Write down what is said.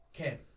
okay